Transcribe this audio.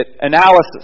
analysis